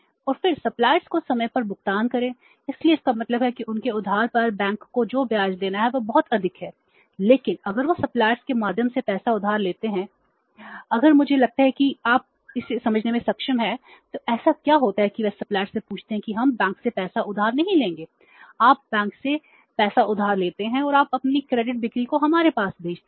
और फिर सप्लायर्स को हमारे पास भेजते हैं